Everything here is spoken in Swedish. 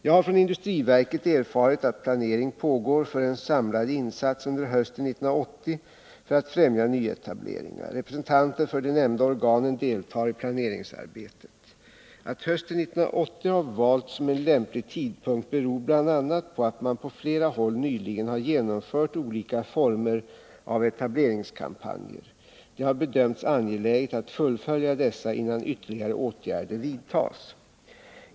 Jag har från industriverket erfarit att planering pågår för en samlad insats under hösten 1980 för att främja nyetableringar. Representanter för de nämnda organen deltar i planeringsarbetet. Att hösten 1980 har valts som en lämplig tidpunkt beror bl.a. på att man på flera håll nyligen har genomfört olika former av etableringskampanjer. Det har bedömts angeläget att fullfölja dessa innan ytterligare åtgärder vidtas.